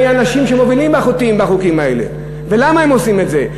מי האנשים המובילים בחוקים האלה ולמה הם עושים את זה.